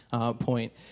point